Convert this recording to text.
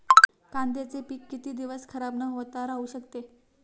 कांद्याचे पीक किती दिवस खराब न होता राहू शकते?